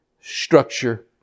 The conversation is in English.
structure